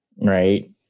right